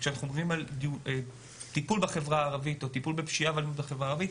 כשמדברים על טיפול בפשיעה בחברה הערבית,